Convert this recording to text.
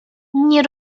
nie